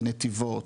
בנתיבות,